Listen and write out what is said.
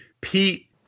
Pete